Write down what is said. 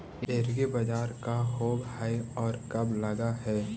एग्रीबाजार का होब हइ और कब लग है?